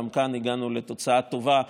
גם כאן הגענו לתוצאה טובה,